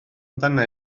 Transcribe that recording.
amdana